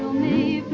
me!